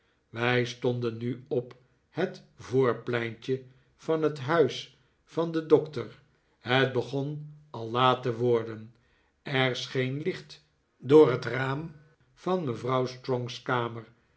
wij stonden nu op het voorpleintje van het huis van den doctor het begon al laat te worden er scheen licht door het raam van mevrouw strong's kamer